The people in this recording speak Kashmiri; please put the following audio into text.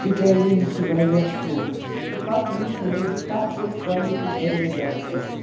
تِکیازِ یہِ چھِ واریاہ سرٛوٚگ تہٕ پَتہٕ وٕچھ مےٚ زِ تَتھ ٲس کالِٹی واریاہ زیاد اَصٕل